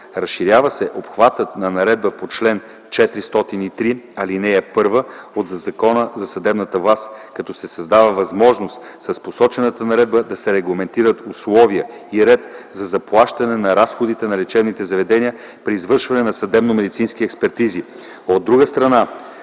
Разширява се обхватът на наредбата по чл. 403, ал. 1 от Закона за съдебната власт, като се създава възможност с посочената наредба да се регламентират условията и редът за заплащане на разходите на лечебните заведения при извършване на съдебномедицински експертизи.